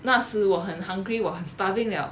那时我很 hungry 我很 starving 了